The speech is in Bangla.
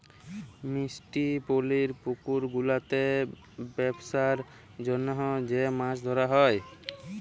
মিষ্টি পালির পুকুর গুলাতে বেপসার জনহ যে মাছ ধরা হ্যয়